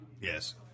Yes